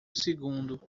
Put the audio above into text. segundo